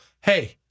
hey